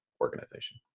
organization